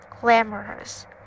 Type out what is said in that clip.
Glamorous